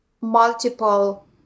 multiple